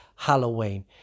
Halloween